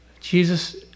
Jesus